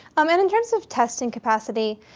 um and in terms of testing capacity,